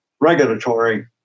regulatory